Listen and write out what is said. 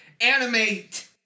Animate